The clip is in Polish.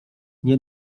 nie